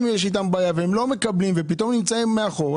יש בעיה והם לא מקבלים ופתאום הם נמצאים מאחור.